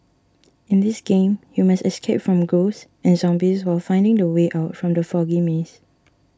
in this game you must escape from ghosts and zombies while finding the way out from the foggy maze